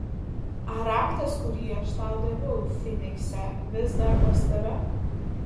ar raktas kurį aš tau daviau fynikse vis dar pas tave